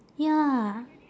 ya